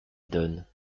donne